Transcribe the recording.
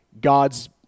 God's